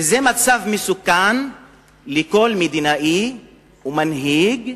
וזה מצב מסוכן לכל מדינאי ומנהיג,